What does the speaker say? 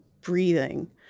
breathing